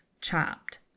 chopped